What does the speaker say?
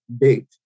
date